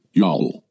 y'all